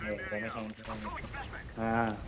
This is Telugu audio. ఏదో